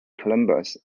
columbus